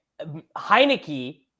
Heineke